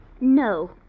No